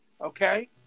okay